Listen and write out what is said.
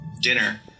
dinner